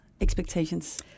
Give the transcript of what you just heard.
expectations